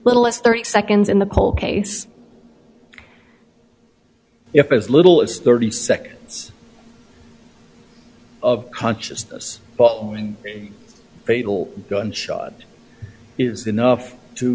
little as thirty seconds in the whole case if as little as thirty seconds of consciousness busy and fatal gunshot is enough to